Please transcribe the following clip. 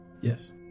Yes